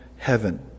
heaven